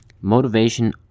motivation